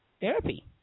therapy